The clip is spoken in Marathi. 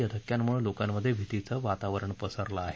या धक्क्यांमुळे लोकांमध्ये भीतीचं वातावरण पसरलं आहे